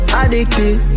addicted